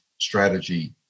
strategy